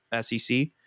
sec